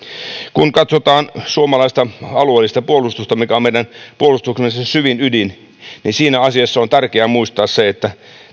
kun katsotaan suomalaista alueellista puolustusta mikä on se meidän puolustuksemme syvin ydin niin siinä asiassa on tärkeää muistaa se että